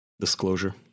disclosure